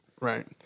Right